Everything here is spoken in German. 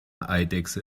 eidechse